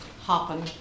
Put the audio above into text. hopping